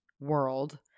world